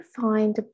find